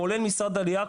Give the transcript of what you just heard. כולל משרד העלייה והקליטה,